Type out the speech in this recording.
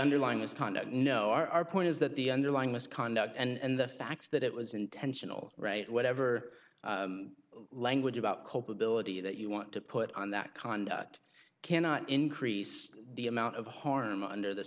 underlying misconduct no our point is that the underlying misconduct and the fact that it was intentional right whatever language about culpability that you want to put on that conduct cannot increase the amount of harm under the